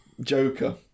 Joker